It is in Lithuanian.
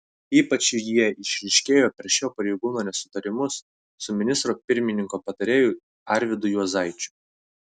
ypač jie išryškėjo per šio pareigūno nesutarimus su ministro pirmininko patarėju arvydu juozaičiu